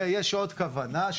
ויש עוד כוונה.